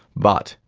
but,